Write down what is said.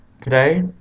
today